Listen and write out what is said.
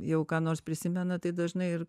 jau ką nors prisimena tai dažnai ir